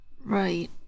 right